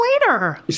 later